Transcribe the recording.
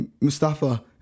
Mustafa